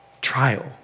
trial